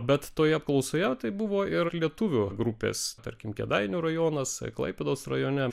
bet toje apklausoje tai buvo ir lietuvių grupės tarkim kėdainių rajonas klaipėdos rajone